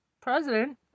president